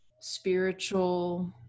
spiritual